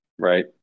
right